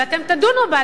ואתם תדונו בה.